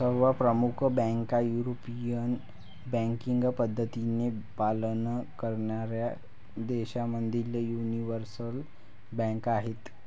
सर्व प्रमुख बँका युरोपियन बँकिंग पद्धतींचे पालन करणाऱ्या देशांमधील यूनिवर्सल बँका आहेत